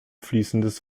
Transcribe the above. fließendes